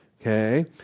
okay